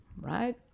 right